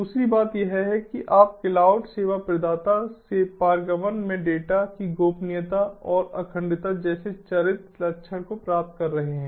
दूसरी बात यह है कि आप क्लाउड सेवा प्रदाता से पारगमन में डेटा की गोपनीयता और अखंडता जैसे चरित्र लक्षण को प्राप्त कर रहे हैं